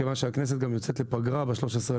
כיוון שהכנסת יוצאת לפגרה ב-13.3,